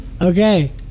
Okay